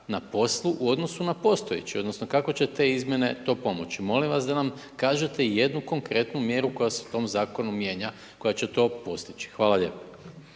na poslu u odnosu na postojeći odnosno kako će te izmjene to pomoći. Molim vas da nam kažete jednu konkretnu mjeru koja se u tom zakonu mijenja koja će to postići. Hvala lijepo.